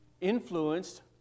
influenced